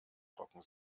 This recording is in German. trocken